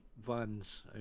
vans